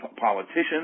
politicians